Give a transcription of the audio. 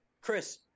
Chris